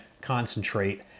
concentrate